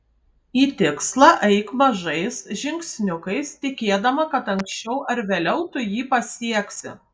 į tikslą eik mažais žingsniukais tikėdama kad anksčiau ar vėliau tu jį pasieksi